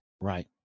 Right